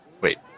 Wait